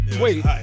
Wait